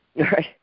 Right